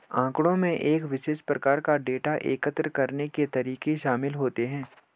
आँकड़ों में एक विशेष प्रकार का डेटा एकत्र करने के तरीके शामिल होते हैं